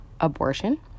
abortion